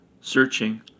searching